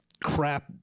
crap